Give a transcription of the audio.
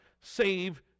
save